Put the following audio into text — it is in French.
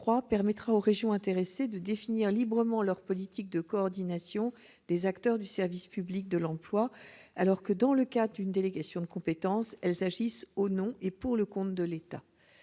permettra aux régions intéressées de définir librement leur politique de coordination des acteurs du service public de l'emploi, alors que dans le cadre d'une délégation de compétence, elles agissent au nom et pour le compte de l'État.